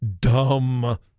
dumb